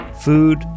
Food